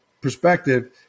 perspective